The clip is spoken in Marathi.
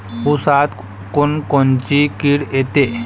ऊसात कोनकोनची किड येते?